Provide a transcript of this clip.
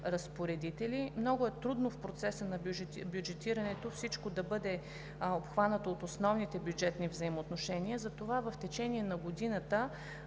разпоредители. Много е трудно в процеса на бюджетирането всичко да бъде обхванато от основните бюджетни взаимоотношения, затова в течение на годината